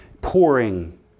pouring